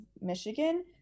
Michigan